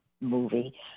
movie